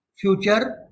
future